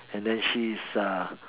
and then she is a